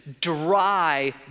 dry